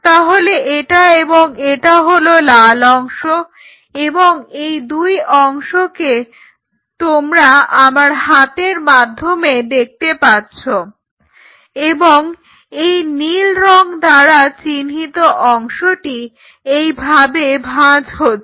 তাহলে এটা এবং এটা হলো লাল অংশ এই দুই অংশকে তোমরা আমার হাতের মাধ্যমে দেখতে পাচ্ছো এবং এই নীল রং দ্বারা চিহ্নিত অংশটি এইভাবে ভাঁজ হচ্ছে